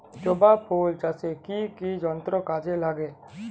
জবা ফুল চাষে কি কি যন্ত্র কাজে লাগে?